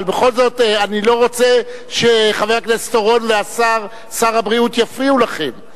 אבל בכל זאת אני לא רוצה שחבר הכנסת אורון ושר הבריאות יפריעו לכם.